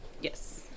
Yes